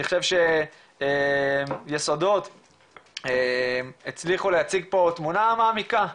אני חושב שיסודות הצליחו להציג פה תמונה מעמיקה,